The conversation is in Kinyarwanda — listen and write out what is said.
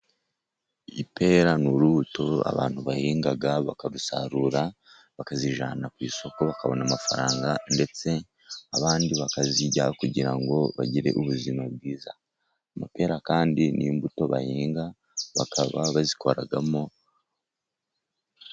Ipera ni urubuto abantu bahinga bakarusarura bakazijyana ku isoko bakabona amafaranga. Ndetse abandi bakazirya kugira ngo bagire ubuzima bwiza. Amapera kandi ni imbuto bahinga bakaba bazikoramo.